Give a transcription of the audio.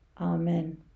Amen